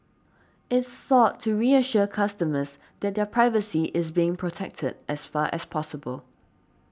it sought to reassure customers that their privacy is being protected as far as possible